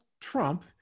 Trump